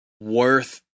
worth